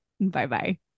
Bye-bye